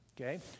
okay